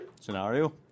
scenario